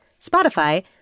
Spotify